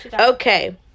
Okay